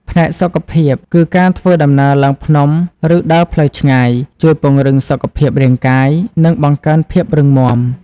ផ្នែកសុខភាព គឺការធ្វើដំណើរឡើងភ្នំ ឬដើរផ្លូវឆ្ងាយ ជួយពង្រឹងសុខភាពរាងកាយ និងបង្កើនភាពរឹងមាំ។